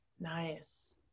Nice